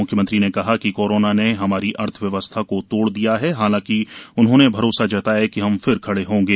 मुख्यमंत्री ने कहा कि कोरोना ने हमारी अर्थ व्यवस्था को तोड़ दिया है हालांकि उन्होंने भरोसा जताया कि हम फिर खड़े होंगे